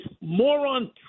moron